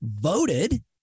voted